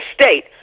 state